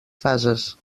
fases